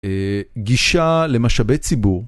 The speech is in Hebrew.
אה... גישה למשאבי ציבור.